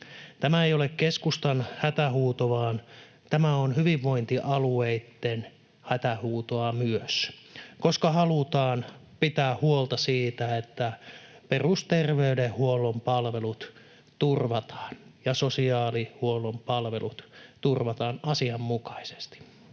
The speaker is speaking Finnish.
Tämä ei ole keskustan hätähuuto, vaan tämä on hyvinvointialueitten hätähuutoa myös, koska halutaan pitää huolta siitä, että perusterveydenhuollon palvelut ja sosiaalihuollon palvelut turvataan asianmukaisesti.